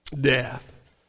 death